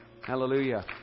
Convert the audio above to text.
hallelujah